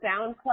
SoundCloud